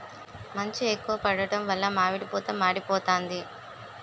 మంచు ఎక్కువ పడడం వలన మామిడి పూత మాడిపోతాంది